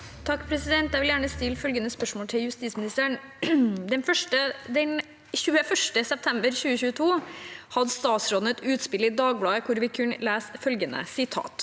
(H) Jeg vil gjerne stille følgende spørsmål til justisministeren: «Den 21. september 2022 hadde statsråden et utspill i Dagbladet, hvor vi kunne lese følgende: